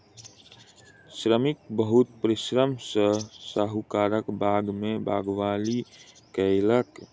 श्रमिक बहुत परिश्रम सॅ साहुकारक बाग में बागवानी कएलक